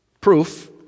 Proof